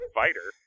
fighter